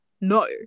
no